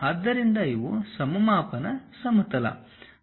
ಆದ್ದರಿಂದ ಇವು ಸಮಮಾಪನ ಸಮತಲ